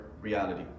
reality